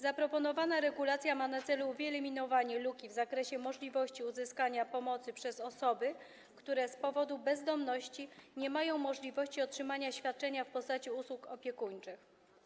Zaproponowana regulacja ma na celu wyeliminowanie luki w zakresie możliwości uzyskania pomocy przez osoby, które z powodu bezdomności nie mają możliwości otrzymania świadczenia w postaci usług opiekuńczych.